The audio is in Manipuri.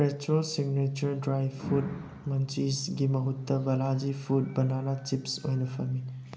ꯐ꯭ꯔꯦꯁꯁꯣ ꯁꯤꯒꯅꯦꯆꯔ ꯗ꯭ꯔꯥꯏ ꯐ꯭ꯔꯨꯠ ꯃꯨꯟꯆꯤꯁꯒꯤ ꯃꯍꯨꯠꯇ ꯕꯂꯥꯖꯤ ꯐꯨꯗ ꯕꯅꯅꯥ ꯆꯤꯞꯁ ꯑꯣꯏꯅ ꯐꯪꯉꯤ